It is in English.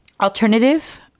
alternative